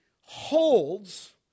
holds